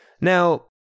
Now